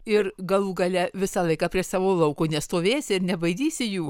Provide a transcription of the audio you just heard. ir galų gale visą laiką prie savo lauko nestovėsi ir nebaidysi jų